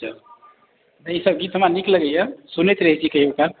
तऽ ईसभ गीत हमरा नीक लगैए सुनैत रहै छी कहियो काल